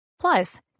Plus